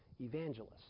evangelists